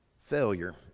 Failure